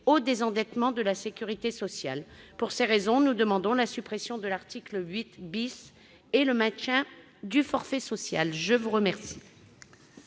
au désendettement de la sécurité sociale. Pour ces raisons, nous demandons la suppression de l'article 8 et le maintien du forfait social. Quel